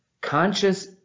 conscious